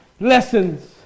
Lessons